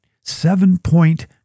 seven-point